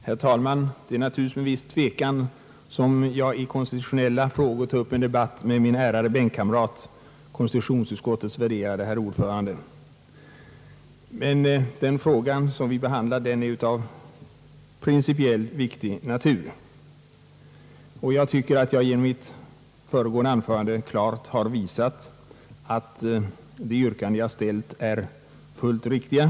Herr talman! Det är naturligtvis med viss tvekan som jag i konstitutionella frågor tar upp en debatt med min ärade bänkkamrat, konstitutionsutskottets värderade herr ordförande, men den fråga vi nu behandlar är av principiellt viktig natur. Jag tycker f. ö. att jag i mitt föregående anförande klart har visat att de yrkanden jag har ställt är fullt riktiga.